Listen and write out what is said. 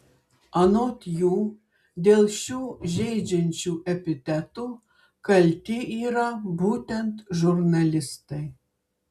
anot jų dėl šių žeidžiančių epitetų kalti yra būtent žurnalistai